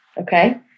okay